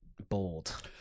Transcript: bold